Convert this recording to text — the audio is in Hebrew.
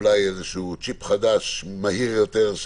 אולי איזשהו צ'יפ חדש מהיר יותר,